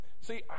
See